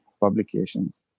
publications